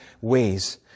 ways